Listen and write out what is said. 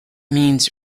means